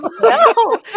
No